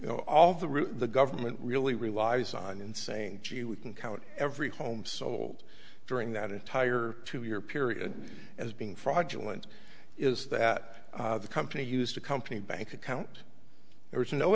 you know all the rules the government really relies on in saying gee we can count every home sold during that entire two year period as being fraudulent is that the company used a company bank account there is no